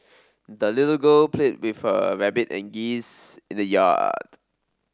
the little girl played with her rabbit and geese in the yard